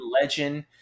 legend